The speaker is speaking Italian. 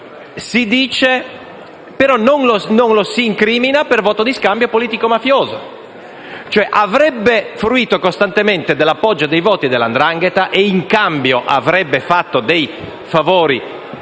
altri), ma non lo si incrimina per voto di scambio politico-mafioso. Avrebbe fruito costantemente dell'appoggio e dei voti della 'ndrangheta e, in cambio, avrebbe fatto dei favori,